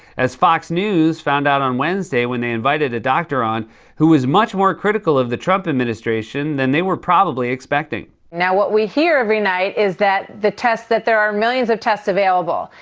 as fox news found out on wednesday, when they invited a doctor on who was much more critical of the trump administration than they were probably expecting. now, what we hear every night is that the tests, that there are millions of tests available.